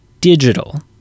digital